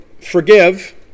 forgive